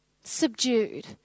subdued